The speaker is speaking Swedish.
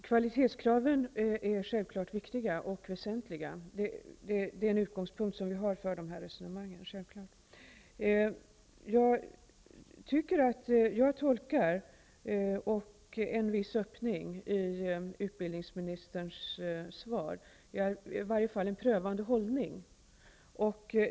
Herr talman! Det är självklart att kvalitetskraven är oerhört väsentliga. Det är den utgångspunkt som vi har för dessa resonemang. Jag tolkar det som att det finns en öppning -- eller i varje fall en prövande hållning -- i utbildningsministerns svar.